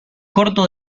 corto